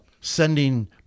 sending